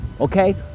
Okay